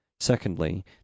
Secondly